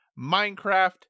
Minecraft